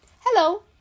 Hello